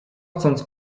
chcąc